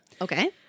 okay